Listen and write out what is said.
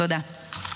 תודה.